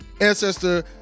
ancestor